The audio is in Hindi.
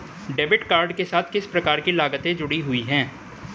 डेबिट कार्ड के साथ किस प्रकार की लागतें जुड़ी हुई हैं?